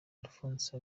alphonse